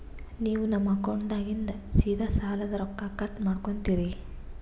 ನೀವು ನಮ್ಮ ಅಕೌಂಟದಾಗಿಂದ ಸೀದಾ ಸಾಲದ ರೊಕ್ಕ ಕಟ್ ಮಾಡ್ಕೋತೀರಿ?